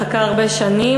לגובה אני מחכה הרבה שנים.